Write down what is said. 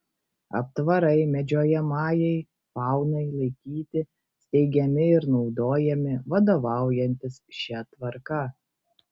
aptvarai medžiojamajai faunai laikyti steigiami ir naudojami vadovaujantis šia tvarka